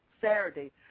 Saturday